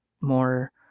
more